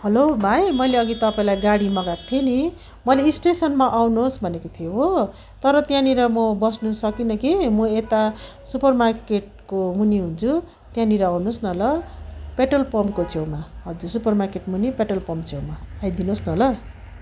hello भाइ मैले अघि तपाईँलाई गाडी मगाएको थिएँ नि मैले स्टेसनमा आउनुहोस् भनेको थिएँ हो तर त्यहाँनिर म बस्नु सकिनँ कि म यता सुपर मार्केटको मुनि हुन्छु त्यहाँनिर आउनुहोस् न ल पेट्रोल पम्पको छेउमा हजुर सुपर मार्केटमुनि पेट्रोल पम्प छेउमा आई दिनुहोस् न ल